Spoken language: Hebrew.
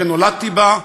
שנולדתי בה,